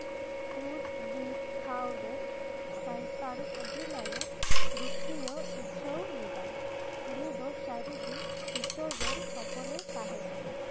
ᱠᱨᱩᱥ ᱵᱤᱫ ᱴᱷᱟᱶ ᱨᱮᱱ ᱥᱚᱭᱛᱟᱱᱼᱚᱫᱷᱤᱱᱟᱭᱚᱠ ᱨᱩᱠᱷᱤᱭᱟᱹ ᱩᱪᱷᱟᱹᱱ ᱞᱮᱫᱟᱭ ᱩᱱᱤ ᱫᱚ ᱥᱟᱹᱨᱤ ᱜᱮ ᱤᱥᱥᱚᱨ ᱨᱮᱱ ᱦᱚᱯᱚᱱ ᱮ ᱛᱟᱸᱦᱮ ᱠᱟᱱᱟ